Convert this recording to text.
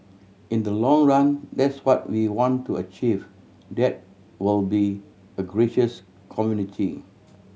in the long run that's what we want to achieve that we'll be a gracious community